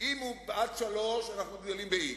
אם היא עד 3, אנחנו גדלים ב-x.